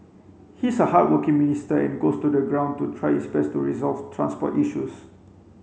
he's a hardworking minister and goes to the ground to try his best to resolve transport issues